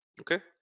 okay